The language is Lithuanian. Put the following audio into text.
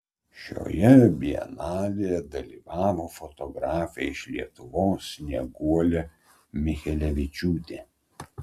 šioje bienalėje dalyvavo fotografė iš lietuvos snieguolė michelevičiūtė